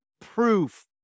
proof